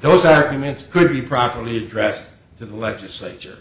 those arguments could be properly addressed to the legislature